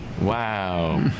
Wow